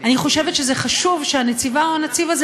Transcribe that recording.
אני חושבת שזה חשוב שהנציבה או הנציב הזה